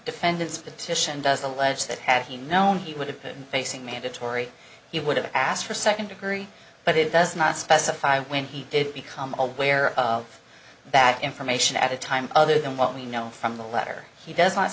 petition does allege that had he known he would have been facing mandatory he would have asked for second degree but it does not specify when he did become aware of that information at a time other than what we know from the letter he does not